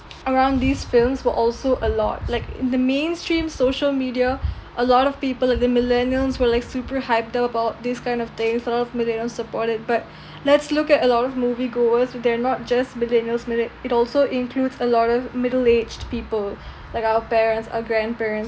around these films were also a lot like in the mainstream social media a lot of people like the millennials were like super hyped about these kind of things a lot of millennials support it but let's look at a lot of movie goers uh they're not just millennials meaning it also includes a lot of middle aged people like our parents our grandparents